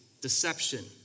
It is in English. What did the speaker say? Deception